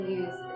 use